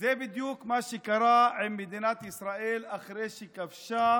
זה בדיוק מה שקרה עם מדינת ישראל אחרי שכבשה